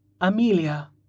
Amelia